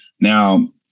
Now